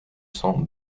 cent